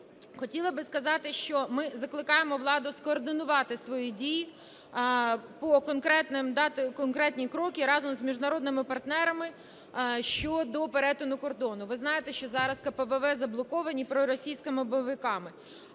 Хотіла би сказати, що ми закликаємо владу скоординувати свої дії, дати конкретні кроки разом з міжнародними партнерами щодо перетину кордону. Ви знаєте, що зараз КПВВ заблоковані проросійськими бойовиками.